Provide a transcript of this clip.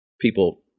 people